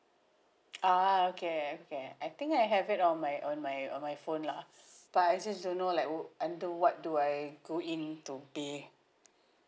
ah okay okay I think I have it on my on my on my phone lah but I just don't know like wa~ under what do I go into be